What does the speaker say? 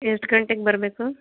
ಎಷ್ಟು ಗಂಟೆಗೆ ಬರಬೇಕು